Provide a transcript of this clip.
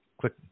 Click